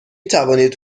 توانید